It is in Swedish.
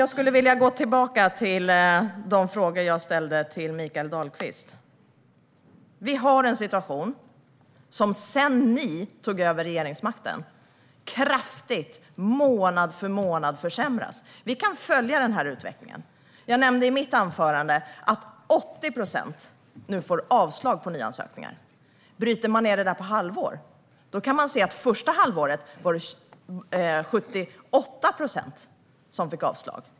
Jag vill gå tillbaka till de frågor som jag ställde till Mikael Dahlqvist. Sedan ni tog över regeringsmakten har situationen månad efter månad kraftigt försämrats, och vi kan följa den utvecklingen. I mitt anförande nämnde jag att 80 procent nu får avslag på nyansökningar. Bryter man ned den siffran på halvår kan man se att det under det första halvåret var 78 procent som fick avslag.